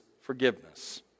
forgiveness